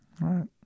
right